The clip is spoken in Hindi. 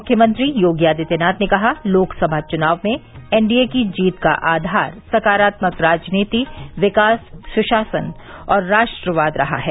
मुख्यमंत्री योगी आदित्यनाथ ने कहा लोकसभा चुनाव में एनडीए की जीत का आधार सकारात्मक राजनीति विकास सुशासन और राष्ट्रवाद रहा है